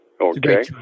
okay